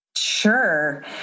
Sure